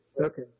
Okay